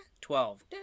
Twelve